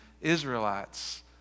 Israelites